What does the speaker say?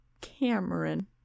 Cameron